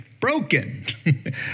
broken